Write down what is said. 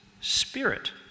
Spirit